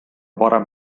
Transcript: varem